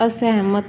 ਅਸਹਿਮਤ